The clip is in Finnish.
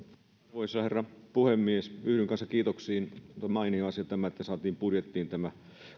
arvoisa herra puhemies yhdyn kanssa kiitoksiin on mainio asia että saatiin budjettiin tämä